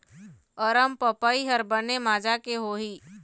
अरमपपई हर बने माजा के होही?